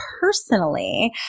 personally